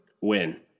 Win